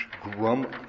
grumble